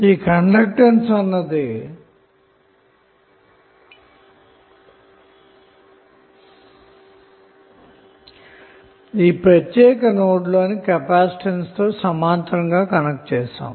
ఈ కండెక్టన్స్ అన్నది ఈ ప్రత్యేక నోడ్లోని కెపాసిటెన్స్తో సమాంతరంగా కనెక్ట్ చేసాము